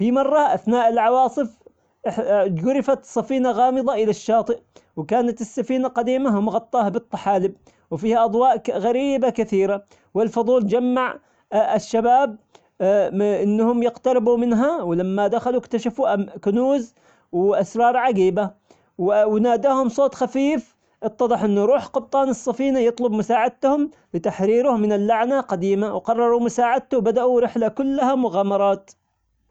في مرة أثناء العواصف جرفت سفينة غامضة الى الشاطئ، وكانت السفينة قديمة مغطاه بالطحالب، وفيها أضواء غريبة كثيرة، والفضول جمع الشباب أنهم يقتربوا منها ولما دخلوا اكتشفوا كنوز وأسرار عجيبة، و- وناداهم صوت خفيف اتضح أنه روح قبطان السفينة يطلب مساعدتهم لتحريره من اللعنة قديمة، وقرروا مساعدته وبدأوا رحلة كلها مغامرات.